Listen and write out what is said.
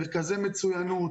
מרכזי מצוינות,